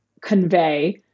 convey